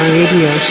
Radio